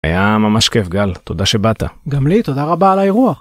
היה ממש כיף גל, תודה שבאת. גם לי, תודה רבה על האירוע.